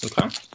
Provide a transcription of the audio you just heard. Okay